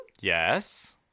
Yes